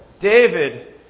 David